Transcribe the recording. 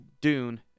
Dune